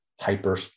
hyper